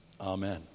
Amen